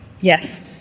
Yes